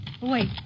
Wait